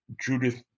Judith